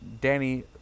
Danny